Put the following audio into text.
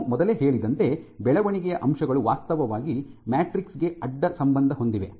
ನಾನು ಮೊದಲೇ ಹೇಳಿದಂತೆ ಬೆಳವಣಿಗೆಯ ಅಂಶಗಳು ವಾಸ್ತವವಾಗಿ ಮ್ಯಾಟ್ರಿಕ್ಸ್ ಗೆ ಅಡ್ಡ ಸಂಬಂಧ ಹೊಂದಿವೆ